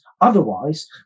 Otherwise